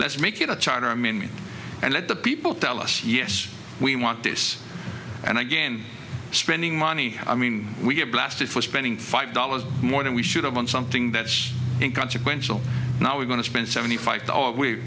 let's make it a charter amendment and let the people tell us yes we want this and again spending money i mean we get blasted for spending five dollars more than we should have on something that's inconsequential now we're going to spend seventy five dollars we